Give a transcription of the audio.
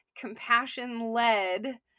compassion-led